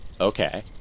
Okay